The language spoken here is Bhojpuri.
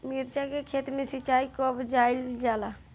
मिर्चा के खेत में सिचाई कब कइल जाला?